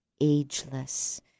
ageless